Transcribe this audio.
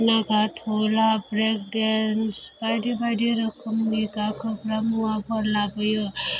नागातला break dance बायदि बायदि रोखोमनि गाखोग्रा मुवाफोर लाबोयो